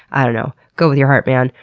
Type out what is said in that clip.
i don't know. go with your heart, man.